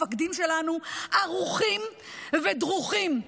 והמפקדים שלנו ערוכים ודרוכים.